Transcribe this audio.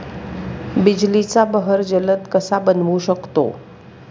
बिजलीचा बहर जलद कसा बनवू शकतो?